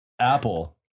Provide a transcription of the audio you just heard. Apple